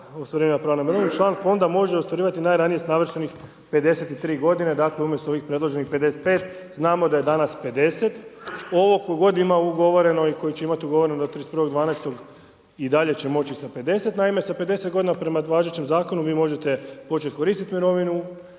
se ne razumije./... član fonda može ostvarivati najranije sa navršenih 53 g. dakle umjesto ovih predloženih 55, znamo da je danas 50. ovo tko god ima ugovoreno ili koji će imati ugovoreno do 31.12. i dalje će moći sa 50, naime sa 50 g. prema važećem zakonu, vi možete početi koristiti mirovinu